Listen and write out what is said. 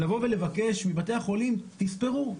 לבוא ולבקש מבתי החולים, תספרו.